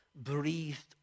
breathed